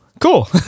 Cool